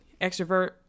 extrovert